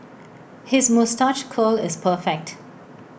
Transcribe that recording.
his moustache curl is perfect